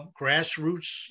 grassroots